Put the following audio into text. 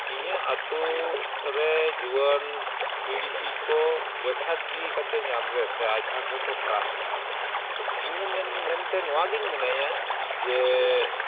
ᱤᱧᱟᱹᱜ ᱟᱹᱛᱩ ᱨᱮ ᱡᱩᱣᱟᱹᱱ ᱯᱤᱲᱦᱤ ᱠᱚ ᱡᱚᱛᱷᱟᱛ ᱡᱤᱣᱤ ᱠᱟᱛᱮ ᱧᱟᱢ ᱨᱮ ᱥᱮ ᱟᱸᱡᱷᱟᱴ ᱨᱮᱠᱚ ᱯᱟᱲᱟᱜ ᱠᱟᱱᱟ ᱤᱧ ᱦᱚᱸ ᱢᱮᱱ ᱢᱮᱱᱛᱮ ᱱᱚᱣᱟᱜᱤᱧ ᱢᱚᱱᱮᱭᱟ ᱡᱮ